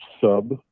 sub